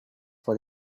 what